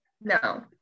no